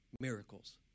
miracles